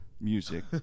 music